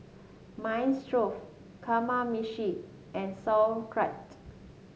Minestrone Kamameshi and Sauerkraut